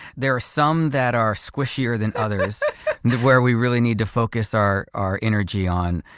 there are some that are squishier than others and where we really need to focus our our energy on.